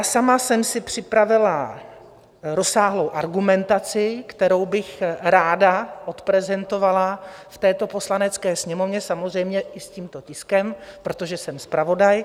Sama jsem si připravila rozsáhlou argumentaci, kterou bych ráda odprezentovala v této Poslanecké sněmovně, samozřejmě i s tímto tiskem, protože jsem zpravodaj.